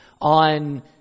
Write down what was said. on